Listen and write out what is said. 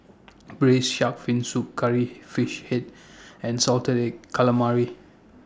Braised Shark Fin Soup Curry Fish Head and Salted Egg Calamari